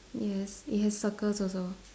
yes it has circles also